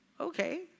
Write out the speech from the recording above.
Okay